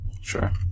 Sure